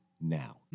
now